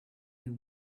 you